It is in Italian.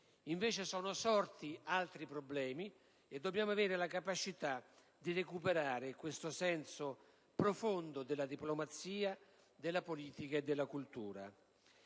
Invece, sono sorti altri problemi, e dobbiamo avere la capacità di recuperare questo senso profondo della diplomazia, della politica e della cultura.